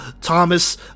Thomas